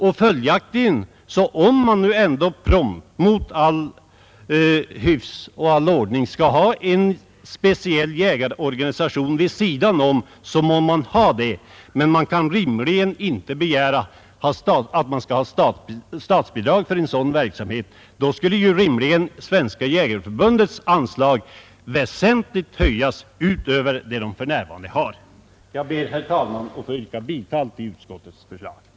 Om man prompt, mot all hyfs och ordning, skall ha en speciell jägarorganisation vid sidan om Svenska jägareförbundet, så må man ha det, men man kan inte rimligen begära att få statsbidrag för sin verksamhet — i så fall borde Svenska jägareförbundets anslag höjas väsentligt utöver vad förbundet för närvarande får. Jag yrkar bifall till utskottets hemställan.